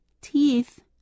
teeth